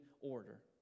order